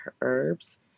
herbs